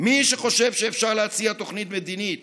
מי שחושב שאפשר להציע תוכנית מדינית